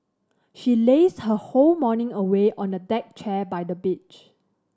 she lazed her whole morning away on a deck chair by the beach